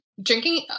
drinking